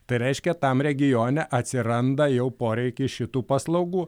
tai reiškia tam regione atsiranda jau poreikis šitų paslaugų